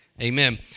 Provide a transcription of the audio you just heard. Amen